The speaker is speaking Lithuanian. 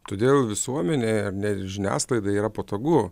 todėl visuomenei ar ne žiniasklaidai yra patogu